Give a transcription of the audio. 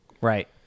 Right